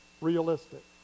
realistic